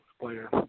player